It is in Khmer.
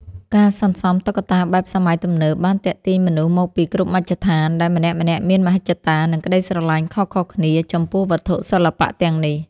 ការសន្សំតុក្កតាបែបសម័យទំនើបបានទាក់ទាញមនុស្សមកពីគ្រប់មជ្ឈដ្ឋាន ដែលម្នាក់ៗមានមហិច្ឆតា និងក្ដីស្រឡាញ់ខុសៗគ្នាចំពោះវត្ថុសិល្បៈទាំងនេះ។